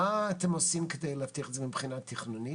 מה אתם עושים כדי להבטיח את זה מבחינה תכנונית